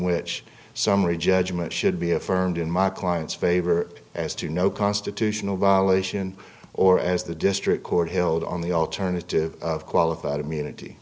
which summary judgment should be affirmed in my client's favor as to no constitutional violation or as the district court hild on the alternative of qualified immunity